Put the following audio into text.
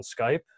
Skype